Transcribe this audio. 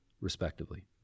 respectively